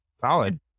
Solid